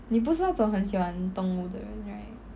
你不是那种很喜欢动物的人 right